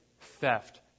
theft